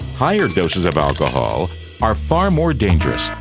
higher doses of alcohol are far more dangerous,